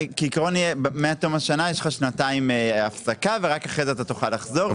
כעיקרון מתום השנה יש לך שנתיים הפסקה ורק אחרי זה אתה תוכל לחזור.